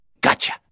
Gotcha